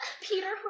peter